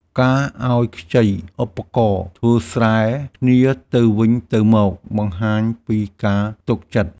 ការឱ្យខ្ចីឧបករណ៍ធ្វើស្រែគ្នាទៅវិញទៅមក បង្ហាញពីការទុកចិត្ត។